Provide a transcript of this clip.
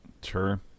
Sure